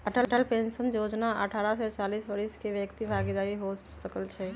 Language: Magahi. अटल पेंशन जोजना अठारह से चालीस वरिस के व्यक्ति भागीदार हो सकइ छै